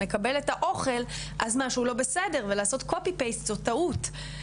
מקבל את האוכל אז משהו לא בסדר ולעשות קופי פייס זו טעות.